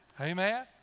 Amen